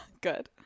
Good